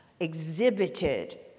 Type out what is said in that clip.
exhibited